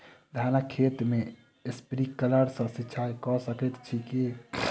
धानक खेत मे स्प्रिंकलर सँ सिंचाईं कऽ सकैत छी की?